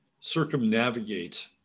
circumnavigate